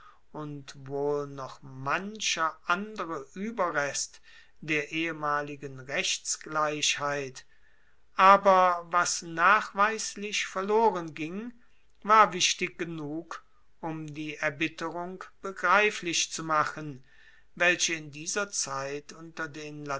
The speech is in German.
und wohl noch mancher andere ueberrest der ehemaligen rechtsgleichheit aber was nachweislich verloren ging war wichtig genug um die erbitterung begreiflich zu machen welche in dieser zeit unter den